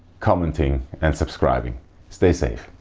commenting and subscribing stay safe,